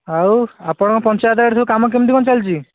ଆଉ ଆପଣଙ୍କ ପଞ୍ଚାୟତ ଆଡ଼େ ସବୁ କାମ କେମିତି କ'ଣ ଚାଲିଛି